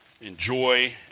enjoy